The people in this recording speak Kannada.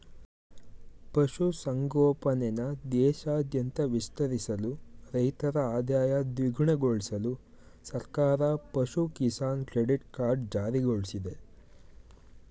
ಪಶು ಸಂಗೋಪನೆನ ದೇಶಾದ್ಯಂತ ವಿಸ್ತರಿಸಲು ರೈತರ ಆದಾಯ ದ್ವಿಗುಣಗೊಳ್ಸಲು ಸರ್ಕಾರ ಪಶು ಕಿಸಾನ್ ಕ್ರೆಡಿಟ್ ಕಾರ್ಡ್ ಜಾರಿಗೊಳ್ಸಿದೆ